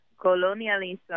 colonialism